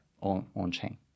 On-chain